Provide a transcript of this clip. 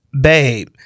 babe